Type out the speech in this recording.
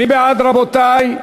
מי בעד, רבותי?